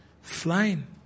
Flying